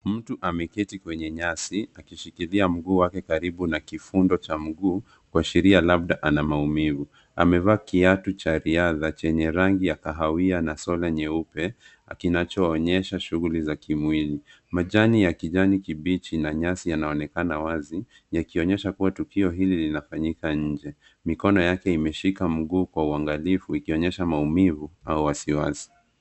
Mtu ameketi kwenye nyasi akishikilia mguu wake karibu na kifundo cha mguu, kuashiria labda ana maumivu. Amevaa kiatu cha riadha chenye rangi ya kahawia na soli nyeupe, kinachoonyesha shughuli za kimwili. Majani ya kijani kibichi na nyasi yanaonekana wazi, yakionyesha kuwa tukio hili linafanyika nje. Mikono yake imeshika mguu kwa uangalifu ikionyesha maumivu au wasiwasi.